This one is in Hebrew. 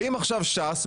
באים עכשיו ש"ס,